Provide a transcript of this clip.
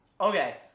Okay